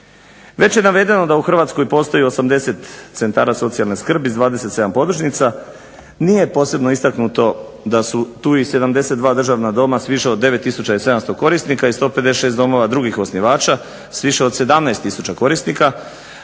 Već je navedeno da u Hrvatskoj postoji 80 centara socijalne skrbi sa 27 podružnica. Nije posebno istaknuto da su tu i 72 državna doma s više od 9700 korisnika i 156 domova drugih osnivača s više od 17000 korisnika